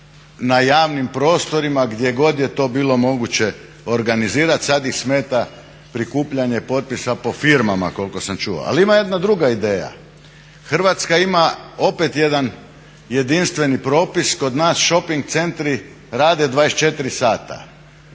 na javnim prostorima gdje god je to bilo moguće organizirati. Sad ih smeta prikupljanje potpisa po firmama koliko sam čuo. Ali ima jedna druga ideja, Hrvatska ima opet jedan jedinstveni propis, kod nas šoping centri rade 24 sata.